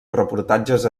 reportatges